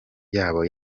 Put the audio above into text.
yabo